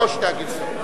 לא שתי הגרסאות.